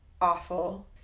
awful